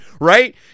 right